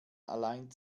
allein